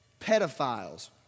pedophiles